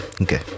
okay